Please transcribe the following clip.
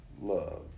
love